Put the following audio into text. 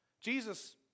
Jesus